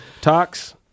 Talks